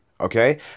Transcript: Okay